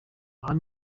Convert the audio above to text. aha